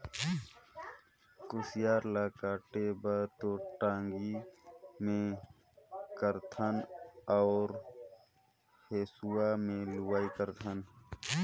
कुसियार ल काटे बर तो टांगी मे कारथन अउ हेंसुवा में लुआई करथन